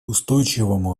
устойчивому